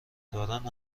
دارند